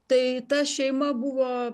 tai ta šeima buvo